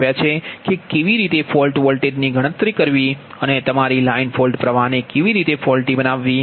કે કેવી રીતે ફોલ્ટ વોલ્ટેજની ગણતરી કરવી અને તમારી લાઇન ફોલ્ટ પ્ર્વાહ ને કેવી રીતે ફોલ્ટી બનાવવી